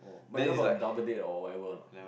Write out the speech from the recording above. but you all got double date or whatever or not